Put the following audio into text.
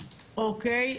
אוקיי.